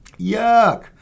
yuck